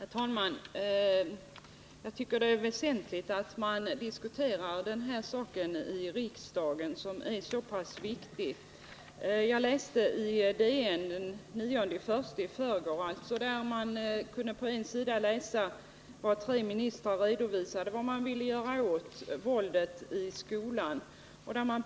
Herr talman! Jag tycker det är väsentligt att man diskuterar den här saken i riksdagen, eftersom den är så pass viktig. I Dagens Nyheter den 9 januari, alltså i förrgår, kunde man på en sida läsa tre ministrars redovisning av vad de ville göra åt våldet i skolan.